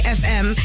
fm